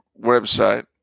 website